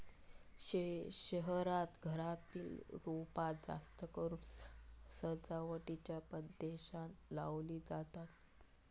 शहरांत घरातली रोपा जास्तकरून सजावटीच्या उद्देशानं लावली जातत